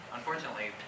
Unfortunately